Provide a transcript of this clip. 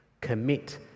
commit